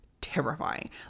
terrifying